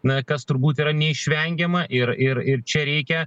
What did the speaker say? na kas turbūt yra neišvengiama ir ir ir čia reikia